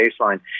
baseline